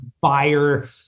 buyer